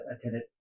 attended